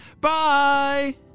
Bye